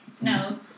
No